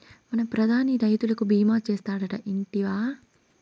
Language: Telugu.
మన ప్రధాని రైతులకి భీమా చేస్తాడటా, ఇంటివా